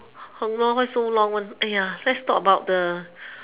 !hannor! why so long one !aiya! let's talk about the